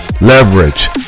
leverage